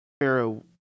Pharaoh